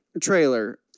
trailer